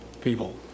people